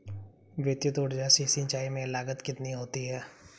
विद्युत ऊर्जा से सिंचाई में लागत कितनी होती है?